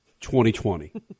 2020